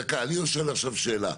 דקה, אני שואל עכשיו שאלה.